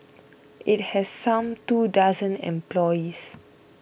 it had some two dozen employees